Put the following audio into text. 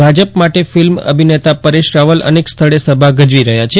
ભાજપ માટે ફિલ્મ અભિનેતા પરેશ રાવલ અનેક સ્થળે સભા ગજવી રહ્યા છે